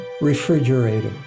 refrigerator